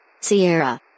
sierra